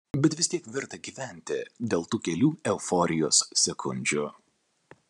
bet vis tiek verta gyventi dėl tų kelių euforijos sekundžių